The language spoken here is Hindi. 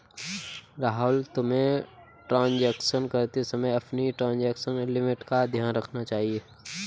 राहुल, तुम्हें ट्रांजेक्शन करते समय अपनी ट्रांजेक्शन लिमिट का ध्यान रखना चाहिए